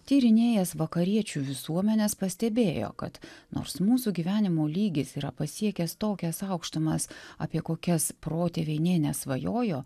tyrinėjęs vakariečių visuomenes pastebėjo kad nors mūsų gyvenimo lygis yra pasiekęs tokias aukštumas apie kokias protėviai nė nesvajojo